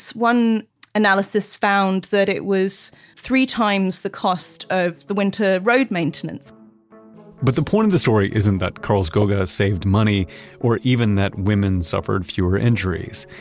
one analysis found that it was three times the cost of the winter road maintenance but the point of the story isn't that karlskoga has saved money or even that women suffered fewer injuries.